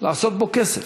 לעשות בו כסף.